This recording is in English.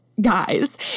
guys